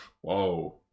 Whoa